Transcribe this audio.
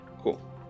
cool